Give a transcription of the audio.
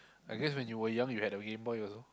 I guess when you were young you had your GameBoy also